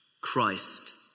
Christ